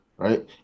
right